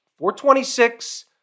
426